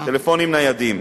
טלפונים ניידים,